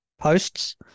posts